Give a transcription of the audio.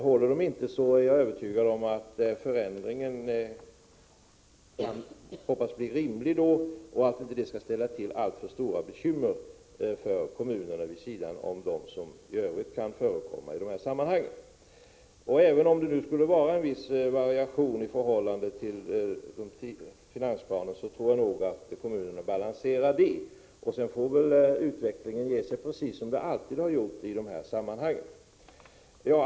Om de inte skulle hålla, är jag övertygad om att det ändå blir en rimlig förändring — i varje fall hoppas jag det. Jag hoppas också att kommunerna inte skall få alltför stora bekymmer, vid sidan av de bekymmer som i övrigt kan förekomma i sådana här sammanhang. Även om det skulle bli en viss variation i förhållande till tidigare finansplaner, tror jag att kommunerna kan balansera det. Sedan får vi, som alltid, se hur utvecklingen blir.